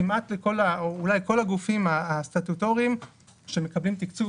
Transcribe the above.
כמעט לכל הגופים הסטטוטוריים שמקבלים תקצוב